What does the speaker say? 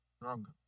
Wrong